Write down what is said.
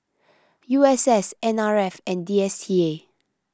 U S S N R F and D S T A